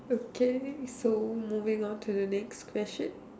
okay so moving on to the next question